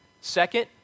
Second